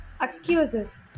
excuses